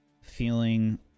feeling